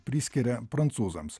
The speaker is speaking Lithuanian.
priskiria prancūzams